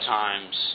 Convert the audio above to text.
times